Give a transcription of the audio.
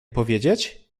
powiedzieć